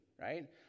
Right